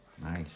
Nice